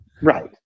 Right